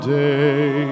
day